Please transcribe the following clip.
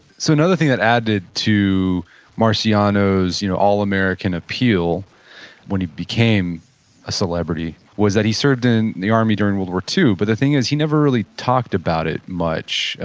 so another thing that added to marciano's you know all-american appeal when he became a celebrity was that he served in the army during world war ii, but the thing is he never really talked about it much.